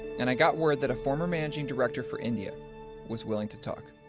and i got word that a former managing director for india was willing to talk.